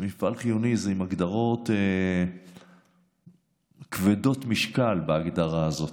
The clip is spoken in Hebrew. מפעל חיוני זה עם הגדרות כבדות משקל בהגדרה הזאת,